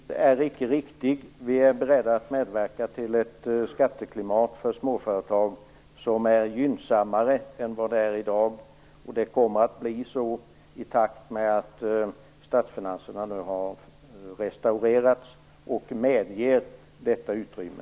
Fru talman! Den analys som Karl-Gösta Svenson just gjorde är inte riktig. Vi är beredda att medverka till ett skatteklimat för småföretag som är gynnsammare än vad det är i dag. Det kommer att bli så i takt med att statsfinanserna nu har restaurerats och medger detta utrymme.